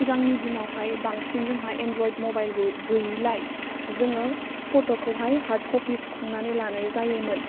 सिगांनि दिनावहाय बांसिन जोंहा एनड्रइड मबाइलबो गोयैलाय जोङो फट'खौहाय हार्ड कपि सुखांनानै लानाय जायोमोन